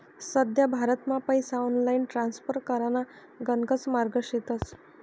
सध्या भारतमा पैसा ऑनलाईन ट्रान्स्फर कराना गणकच मार्गे शेतस